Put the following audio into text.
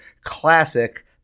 classic